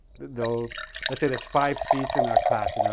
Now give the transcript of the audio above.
they'll let's say there's five seats in a class, you know